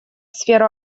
сферу